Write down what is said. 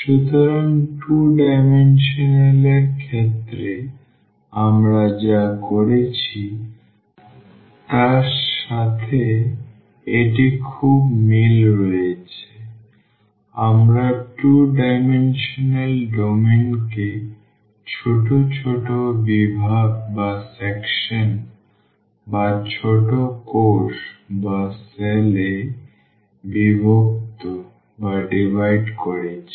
সুতরাং 2 ডাইমেনশনাল এর ক্ষেত্রে আমরা যা করেছি তার সাথে এটি খুব মিল রয়েছে আমরা 2 ডাইমেনশনাল ডোমেনকে ছোট ছোট বিভাগ বা ছোট কোষ এ বিভক্ত করেছি